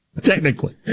technically